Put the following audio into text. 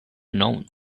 known